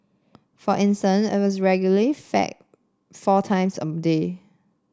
for instant it was regularly fed four times a day